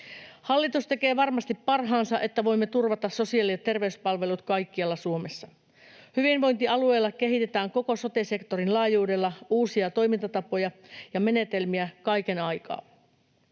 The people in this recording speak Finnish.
Hallitus tekee varmasti parhaansa, että voimme turvata sosiaali- ja terveyspalvelut kaikkialla Suomessa. Hyvinvointialueilla kehitetään koko sote-sektorin laajuudella uusia toimintatapoja ja menetelmiä kaiken aikaa.